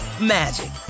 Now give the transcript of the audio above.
magic